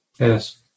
Yes